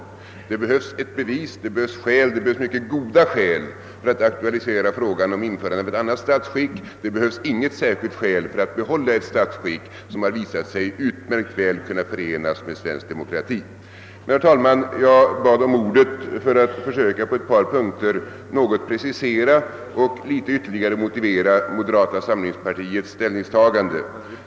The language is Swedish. Det behövs bevis och mycket goda skäl för att aktualisera frågan om införande av ett annat statsskick, men det behövs inget särskilt skäl för att behålla ett statsskick som har visat sig utmärkt väl kunna förenas med svensk demokrati. Herr talman! Jag bad om ordet för att på ett par punkter försöka att något precisera och ytterligare motivera moderata samlingspartiets ställningstagande.